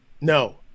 No